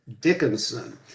Dickinson